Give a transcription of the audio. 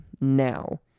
now